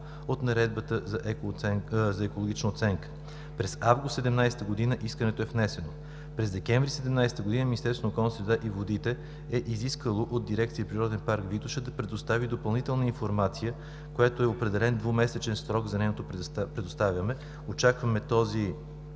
от Наредбата за екологична оценка. През месец август 2017 г. искането е внесено. През декември 2017 г. Министерство на околната среда и водите е изискало от дирекция „Природен парк Витоша“ да предостави допълнителна информация, в която е определен двумесечен срок за нейното предоставяне. Очакваме тази